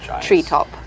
treetop